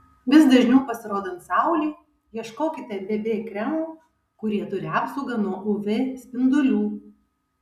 vis dažniau pasirodant saulei ieškokite bb kremų kurie turi apsaugą nuo uv spindulių